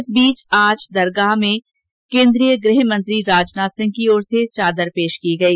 इस बीच आज दरगाह पर केन्द्रीय गृहमंत्री राजनाथ सिंह की ओर से चादर पेश की गई